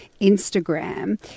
Instagram